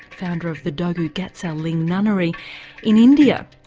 founder of the dongyu gatsal ling nunnery in india.